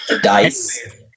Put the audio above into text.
Dice